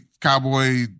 cowboy